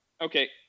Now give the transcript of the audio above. Okay